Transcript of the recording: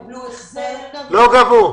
לא גבו.